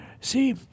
see